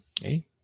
Hey